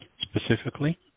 Specifically